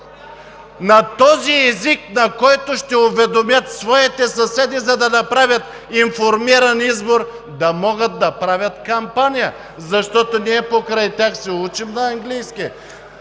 на този език, на който ще уведомят своите съседи, да направят информиран избор да могат да правят кампания?! Защото ние покрай тях се учим на английски.